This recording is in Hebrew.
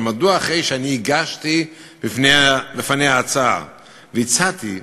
אבל מדוע אחרי שאני הגשתי בפניה הצעה והצעתי,